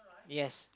yes